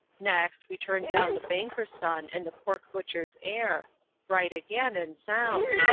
next, we turned down the banker's son and the pork-butcher's heir right again, and sound.